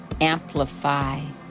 Amplify